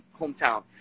hometown